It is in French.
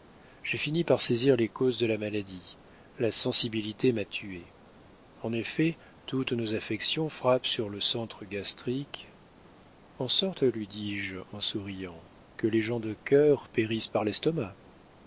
j'ai fini par saisir les causes de la maladie la sensibilité m'a tué en effet toutes nos affections frappent sur le centre gastrique en sorte lui dis-je en souriant que les gens de cœur périssent par l'estomac